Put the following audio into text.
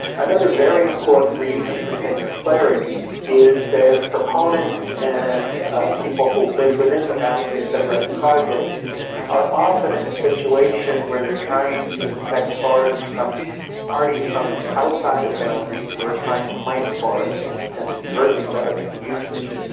another very important reason for tenure clarity is that proponents and people who live within the boundaries of redd projects are often in a situation where they are trying to protect forests from parties from outside a boundary who are trying to claim forests and convert them to other uses.